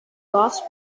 gasps